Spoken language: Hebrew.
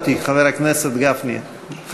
טרומית ותועבר לוועדת חוץ וביטחון של